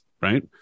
right